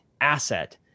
asset